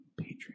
Patreon